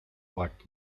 what